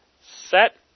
set